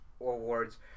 Awards